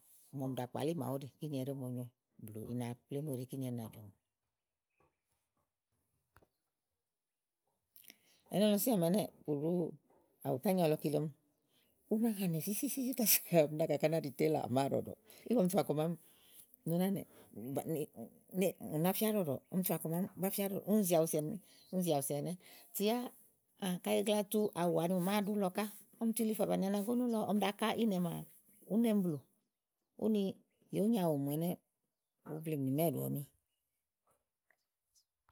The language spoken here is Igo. màa ɔmi ɖàa nɔ màoɖu kini ɛɖi o mo nyo ɛnɛ lɔ sia àámi ɛnɛ́ɛ̀ bù ɖu àwùtányia lɔ kile. Ɔm uná hà nɛ fífítíì kása ɔm nákaká ná ɖi télà à máa ɖɔ̀ɖɔ̀, ígbɔ ɔm tu fàkɔ màán ni u ná nɛ̀, ù fía ɖɔ̀ɖɔ̀, ún zi aɖu si ɛnɛ́. Tèyá káyi ì gagla tu àwù àni màa à máa ɖu lɔ ká ɔm tu li fà bàni anagónú lɔ ɖàa ká ínɛ bu lɔleèm ni mɛ̀ɛ̀ ɖuɔmi.